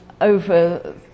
over